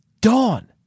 Dawn